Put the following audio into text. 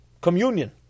communion